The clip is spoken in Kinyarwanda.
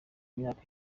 imyaka